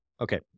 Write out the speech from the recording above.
Okay